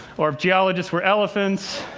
or if geologists were elephants?